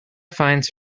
finds